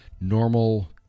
normal